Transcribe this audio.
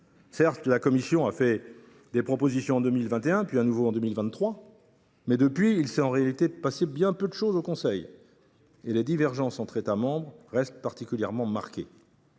Certes, la Commission a fait des propositions en 2021, puis de nouveau en 2023. Mais, depuis lors, il s’est en réalité passé bien peu de choses au Conseil, et les divergences entre États membres restent particulièrement marquées.